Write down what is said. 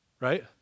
right